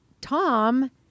Tom